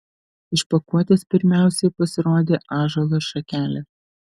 iš pakuotės pirmiausiai pasirodė ąžuolo šakelė